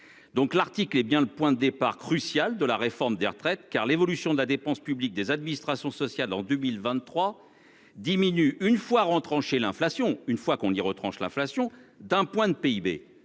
donc l'article et bien le point de départ crucial de la réforme des retraites car l'évolution de la dépense publique des administrations sociales en 2023 diminue une fois retranché l'inflation, une fois qu'on y retranche l'inflation d'un point de PIB.